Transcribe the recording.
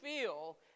feel